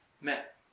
met